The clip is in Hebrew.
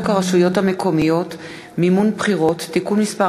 הרשויות המקומיות (מימון בחירות) (תיקון מס'